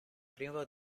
privo